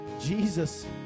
jesus